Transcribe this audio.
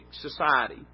society